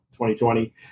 2020